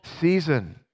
season